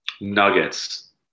Nuggets